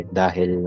dahil